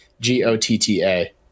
g-o-t-t-a